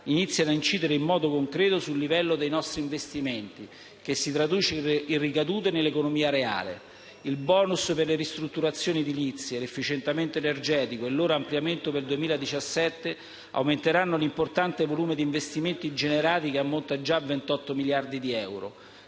iniziano a incidere in modo concreto sul livello dei nostri investimenti, con ricadute sull'economia reale. Il *bonus* per le ristrutturazioni edilizie, l'efficientamento energetico e il loro ampliamento per il 2017 aumenteranno l'importante volume di investimenti generati, che ammonta già a 28 miliardi di euro.